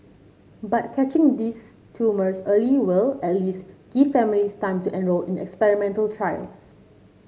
but catching these tumours early will at least give families time to enrol in experimental trials